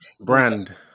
Brand